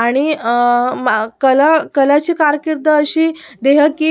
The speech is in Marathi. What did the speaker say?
आणि मा कला कलाची कारकीर्द अशी देह की